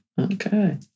Okay